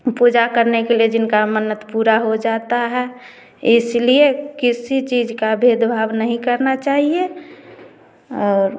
पूजा करने के लिए जिनका मन्नत पूरा हो जाता है इसलिए किसी चीज का भेदभाव नहीं करना चाहिए और